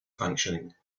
functioning